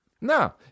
No